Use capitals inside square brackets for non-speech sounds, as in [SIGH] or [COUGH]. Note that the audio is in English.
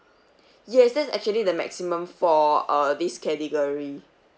[BREATH] yes that's actually the maximum for uh this category